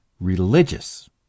religious